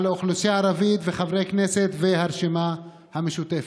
כלפי האוכלוסייה הערבית וחברי כנסת והרשימה המשותפת.